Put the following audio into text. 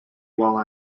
while